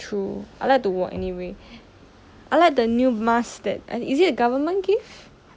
true I like to walk anyway I like the new mask that is it the government give